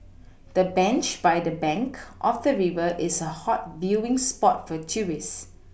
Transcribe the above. the bench by the bank of the river is a hot viewing spot for tourist